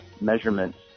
measurements